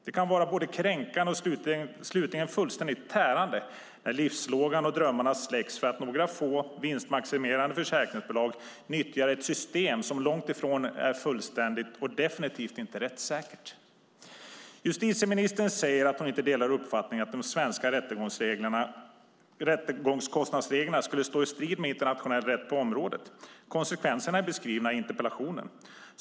Det kan vara både kränkande och slutligen fullständigt tärande när livslågan och drömmarna släcks för att några få vinstmaximerande försäkringsbolag nyttjar ett system som är långt ifrån fullkomligt och definitivt inte rättssäkert. Justitieministern säger att hon inte delar uppfattningen att de svenska rättegångskostnadsreglerna skulle stå i strid med internationell rätt på området. Konsekvenserna är beskrivna i interpellationen.